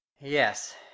Yes